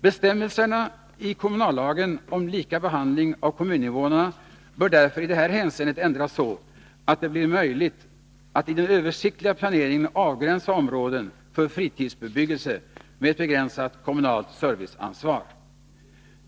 Bestämmelserna i kommunallagen om lika behandling av kommuninvånarna bör därför i det här hänseendet ändras så att det skapas möjlighet att i den översiktliga planeringen avgränsa områden för fritidsbebyggelse med ett begränsat kommunalt serviceansvar.